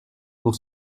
pour